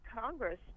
Congress